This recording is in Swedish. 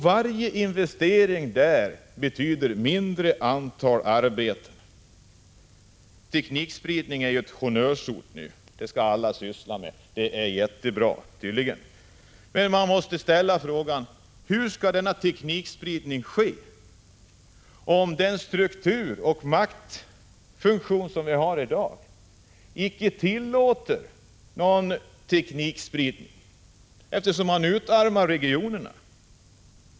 Varje investering som görs där ger mindre antal arbeten än i tätortsregionerna. Teknikspridning är nu ett honnörsord. Teknikspridning anses vara jättebra, och det skall alla syssla med. Men man måste ställa frågan hur denna teknikspridning skall genomföras, om den struktur och den maktfunktion som vi i dag har motverkar en sådan spridning genom att utarma regionerna.